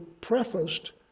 prefaced